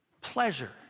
Pleasure